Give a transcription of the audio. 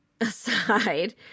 aside